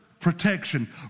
protection